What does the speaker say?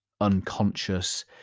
Unconscious